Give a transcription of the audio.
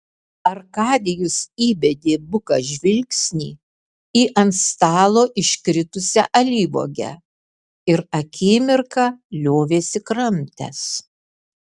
arkadijus įbedė buką žvilgsnį į ant stalo iškritusią alyvuogę ir akimirką liovėsi kramtęs